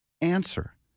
answer